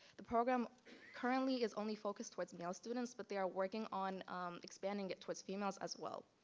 the program currently is only focused towards male students but they are working on expanding it towards females as well.